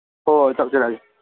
ꯍꯣꯏ ꯍꯣꯏ ꯊꯝꯖꯔꯒꯦ